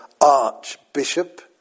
archbishop